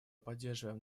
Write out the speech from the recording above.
поддерживаем